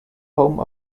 home